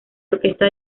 orquesta